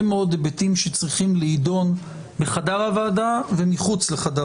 מאוד היבטים שצריכים להידון בחדר הוועדה ומחוצה לו,